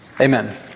Amen